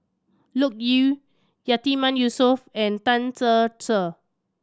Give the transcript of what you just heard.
Loke Yew Yatiman Yusof and Tan Ser Cher